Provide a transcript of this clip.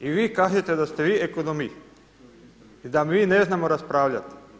I vi kažete da ste vi ekonomist i da mi ne znamo raspravljati.